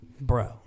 bro